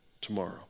tomorrow